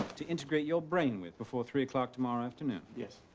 to integrate your brain with before three o'clock tomorrow afternoon. yes.